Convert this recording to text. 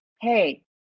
hey